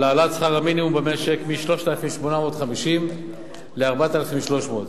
על העלאת שכר המינימום במשק מ-3,850 ל-4,300 שקלים.